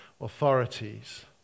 authorities